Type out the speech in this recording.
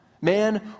man